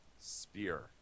Spear